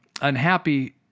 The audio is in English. unhappy